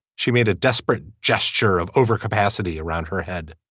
she made a desperate gesture of overcapacity around her head.